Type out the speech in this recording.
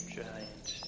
giant